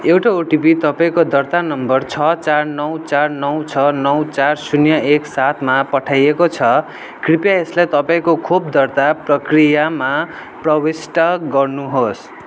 एउटा ओटिपी तपाईँँको दर्ता नम्बर छ चार नौ चार नौ छ नौ चार शून्य एक सातमा पठाइएको छ कृपया यसलाई तपाईँँको खोप दर्ता प्रक्रियामा प्रविष्ट गर्नुहोस्